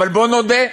אבל בוא נודה: